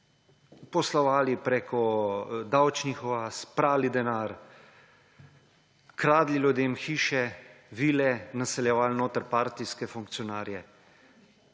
poslovali preko davčnih oaz, prali denar, kradli ljudem hiše, vile, naseljevali notri partijske funkcionarje.